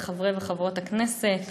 שלום לחברי וחברות הכנסת.